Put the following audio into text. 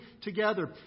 together